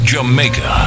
Jamaica